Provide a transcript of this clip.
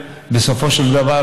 בסופו של דבר,